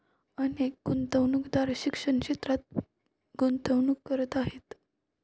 अनेक गुंतवणूकदार शिक्षण क्षेत्रात गुंतवणूक करत आहेत